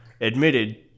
admitted